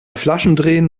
flaschendrehen